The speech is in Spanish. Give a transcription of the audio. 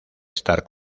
estar